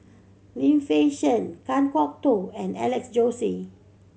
Lim Fei Shen Kan Kwok Toh and Alex Josey